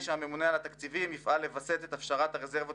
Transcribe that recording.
שהממונה על התקציבים לפעול לוויסות הפשרת הרזרבות